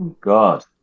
God